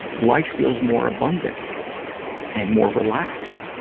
life feels more abundant and more relaxed.